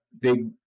big